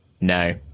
No